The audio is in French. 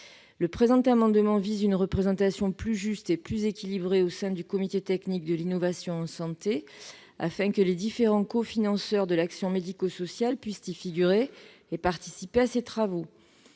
Le présent amendement vise à assurer une représentation plus juste et plus équilibrée au sein du comité technique de l'innovation en santé afin que les différents cofinanceurs de l'action médico-sociale puissent y figurer et participer à ses travaux.